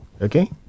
okay